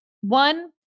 One